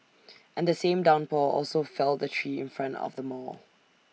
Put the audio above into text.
and the same downpour also felled A tree in front of the mall